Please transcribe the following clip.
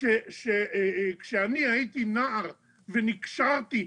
שכשאני הייתי נער ונקשרתי,